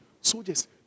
Soldiers